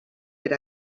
per